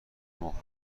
مهره